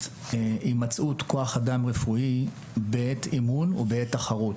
הימצאות כוח אדם רפואי בעת אימון ובעת תחרות.